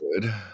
good